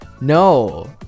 no